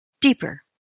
deeper